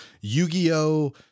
Yu-Gi-Oh